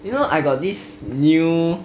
you know I got this new